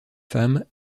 femme